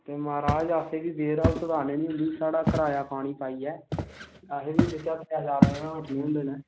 म्हाराज असें बी उऐ लानी होंदी साढ़ा किराया पानी लाइयै असेंगी बी बिच्चा त्रै चार रपे बचदे न